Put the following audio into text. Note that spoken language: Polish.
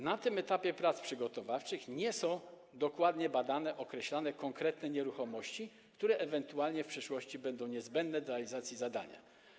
Na etapie prac przygotowawczych nie są dokładnie badane, określane konkretne nieruchomości, które ewentualnie w przyszłości będą niezbędne do realizacji zadania.